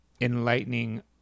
enlightening